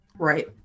Right